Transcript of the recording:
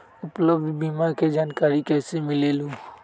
उपलब्ध बीमा के जानकारी कैसे मिलेलु?